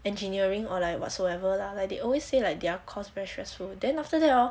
engineering or like whatsoever lah like they always say like their course very stressful then after that orh